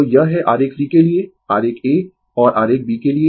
तो यह है आरेख c के लिए आरेख a और आरेख b के लिए